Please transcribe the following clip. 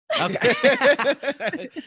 okay